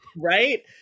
Right